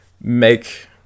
make